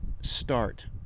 start